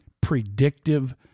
predictive